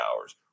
hours